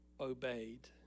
obeyed